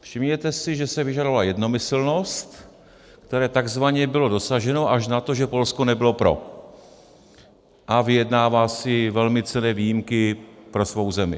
Všimněte si, že se vyžadovala jednomyslnost, které takzvaně bylo dosaženo až na to, že Polsko nebylo pro a vyjednává si velmi cenné výjimky pro svou zemi.